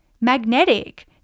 magnetic